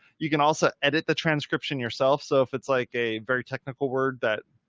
you can also edit the transcription yourself. so if it's like a very technical word that.